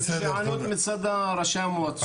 יש היענות מצד ראשי המועצות,